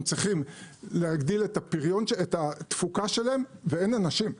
הם צריכים להגדיל את התפוקה שלהם ואין אנשים.